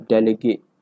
Delegate